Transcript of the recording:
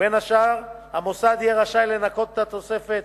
ובין השאר המוסד יהיה רשאי לנכות את התוספת,